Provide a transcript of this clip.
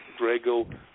Drago